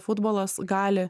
futbolas gali